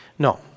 No